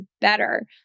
better